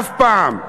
אף פעם.